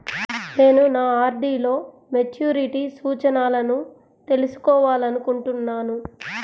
నేను నా ఆర్.డీ లో మెచ్యూరిటీ సూచనలను తెలుసుకోవాలనుకుంటున్నాను